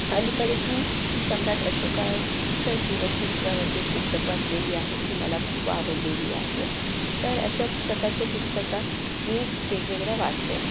अलीकडेच मी सम्राट अशोकांच्या जीवनचरित्रावरती एक पुस्तकं वाचलेली आहे ती मला खूप आवडलेली आहे तर अशा प्रकारच्या पुस्तकं मी वेगवेगळ्या वाचते